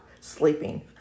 sleeping